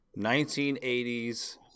1980s